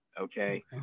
Okay